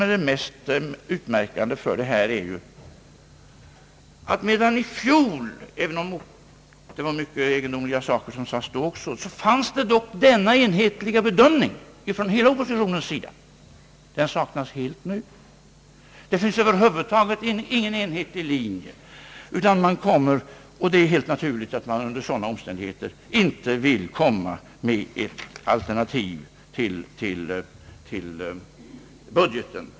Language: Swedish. även om det sades mycket egendomligt även i fjol, så fanns det då en enhetlig bedömning från hela oppositionen. Den saknas helt nu. Det finns i år över huvud taget ingen enhetlig linje, och det är helt naturligt att man under sådana omständigheter inte vill presentera ett alternativ till budgeten.